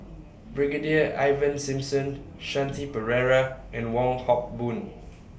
Brigadier Ivan Simson Shanti Pereira and Wong Hock Boon